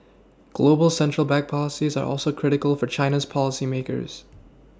global central bank policies are also critical for China's policy makers